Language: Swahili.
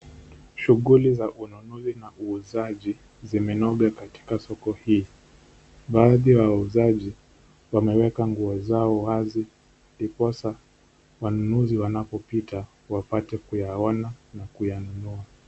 Shughuli za ununuzi na uuzaji zimenoga katika soko hii, baadhi ya wauzaji wameeka nguo zao wazi ndiposa wanunuzi wanapopita wapate kuyaona na kuyanunuwa.